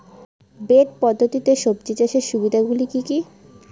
Bed পদ্ধতিতে সবজি চাষের সুবিধাগুলি কি কি?